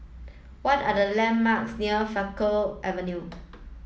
what are the landmarks near Faculty Avenue